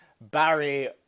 Barry